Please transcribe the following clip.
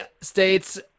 states